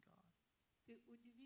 God